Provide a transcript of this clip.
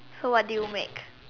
so what did you make